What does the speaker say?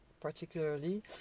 particularly